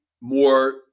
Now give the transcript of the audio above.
more